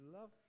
love